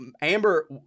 Amber